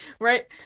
Right